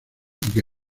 que